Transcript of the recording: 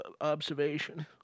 observation